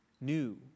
new